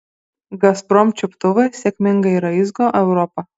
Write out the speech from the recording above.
gazprom čiuptuvai sėkmingai raizgo europą